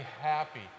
happy